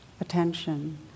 attention